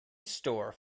store